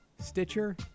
Stitcher